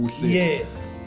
Yes